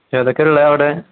ഏതൊക്കെ ഉള്ളത് അവിടെ